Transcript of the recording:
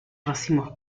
racimos